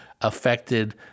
affected